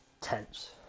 tense